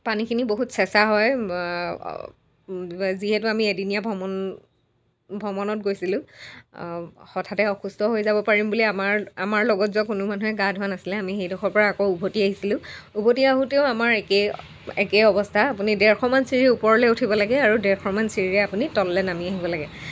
পানীখিনি বহুত চেঁচা হয় যিহেতু আমি এদিনীয়া ভ্ৰমণ ভ্ৰমণত গৈছিলোঁ হঠাতে অসুস্থ হৈ যাব পাৰিম বুলি আমাৰ আমাৰ লগত যোৱা কোনো মানুহে গা ধোৱা নাছিলে আমি সেইডোখৰৰ পৰা আকৌ উভতি আহিছিলোঁ উভতি আহোঁতেও আমাৰ একেই একেই অৱস্থা আপুনি ডেৰশ মান চিৰি ওপৰলৈ উঠিব লাগে আৰু ডেৰশমান চিৰিৰে আপুনি তললৈ নামি আহিব লাগে